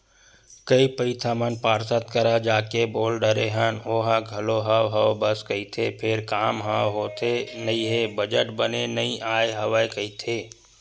कई पइत हमन पार्षद करा जाके बोल डरे हन ओहा घलो हव हव बस कहिथे फेर काम ह होथे नइ हे बजट बने नइ आय हवय कहिथे